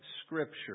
Scripture